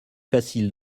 facile